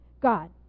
God